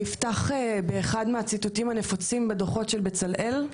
אני אפתח באחד הציטוטים הנפוצים בדוחות של בצלאל: